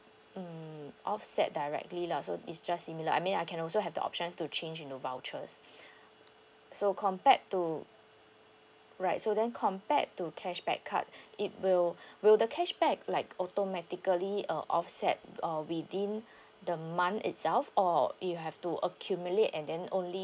mm offset directly lah so it's just similar I mean I can also have the options to change into vouchers so compared to right so then compared to cashback card it will will the cashback like automatically uh offset uh within the month itself or you have to accumulate and then only